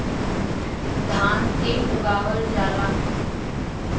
धान के उगावल जाला